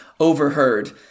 overheard